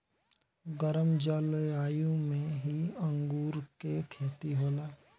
गरम जलवायु में ही अंगूर के खेती होला